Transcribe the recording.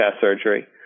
surgery